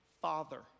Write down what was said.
Father